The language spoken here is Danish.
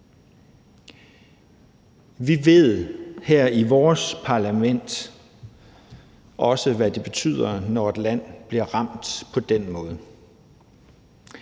Vi ved også her i vores parlament, hvad det betyder, når et land bliver ramt på den måde.